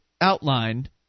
outlined